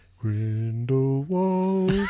Grindelwald